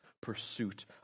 pursuit